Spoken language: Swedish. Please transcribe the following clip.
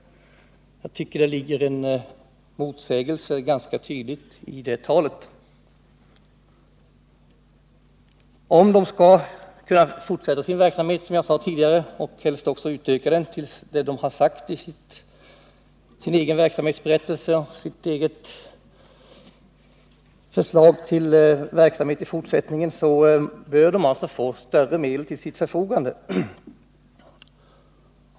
Om SIPRI skall kunna fortsätta och helst också utöka sin verksamhet i den omfattning de själva angivit i sin verksamhetsberättelse och sitt förslag till verksamhet för framtiden, så bör organisationen få ökade medel till sitt förfogande.